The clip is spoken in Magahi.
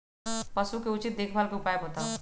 पशु के उचित देखभाल के उपाय बताऊ?